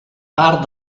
part